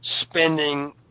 spending